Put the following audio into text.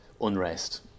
unrest